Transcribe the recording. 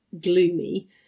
gloomy